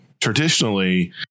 traditionally